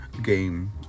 Game